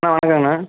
அண்ணா வணக்கங்கண்ணா